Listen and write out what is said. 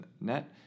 net